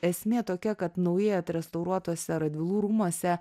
esmė tokia kad naujai atrestauruotuose radvilų rūmuose